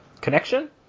connection